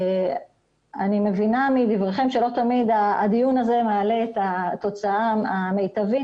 אני מבינה מדבריכם שלא תמיד הדיון הזה מעלה את התוצאה המיטבית